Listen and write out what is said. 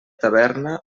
taverna